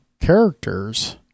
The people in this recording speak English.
characters